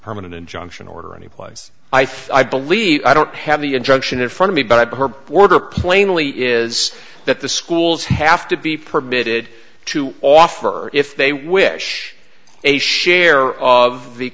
permanent injunction order anyplace i think i believe i don't have the injunction in front of me but i prefer order plainly is that the schools have to be permitted to offer if they wish a share of the